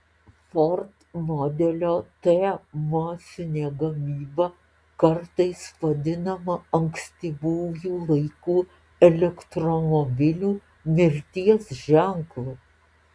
ford modelio t masinė gamyba kartais vadinama ankstyvųjų laikų elektromobilių mirties ženklu